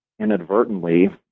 inadvertently